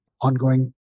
ongoing